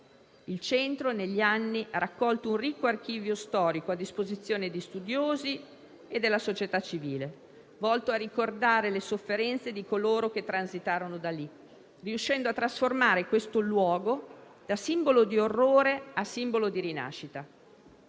Il centro negli anni ha raccolto un ricco archivio storico a disposizione di studiosi e della società civile, volto a ricordare le sofferenze di coloro che transitarono da lì, riuscendo a trasformare questo luogo da simbolo di orrore a simbolo di rinascita.